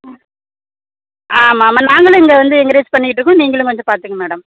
ம் ஆமாம் ஆமாம் நாங்களும் இங்கே வந்து என்க்ரேஜ் பண்ணிகிட்டுருக்கோம் நீங்களும் கொஞ்சம் பார்த்துங்க மேடம்